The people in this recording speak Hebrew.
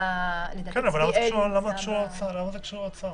כן, אבל למה זה קשור לאוצר?